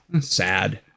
sad